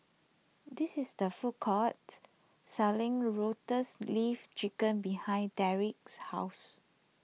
this is the food court selling Lotus Leaf Chicken behind Derrek's house